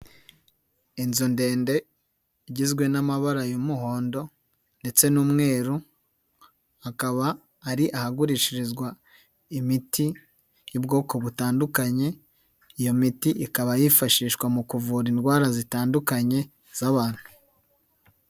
Inzu ndende igizwe n'amabara y'umuhondo ndetse n'umweru, hakaba ari ahagurishirizwa imiti y'ubwoko butandukanye, iyo miti ikaba yifashishwa mu kuvura indwara zitandukanye z'abantu.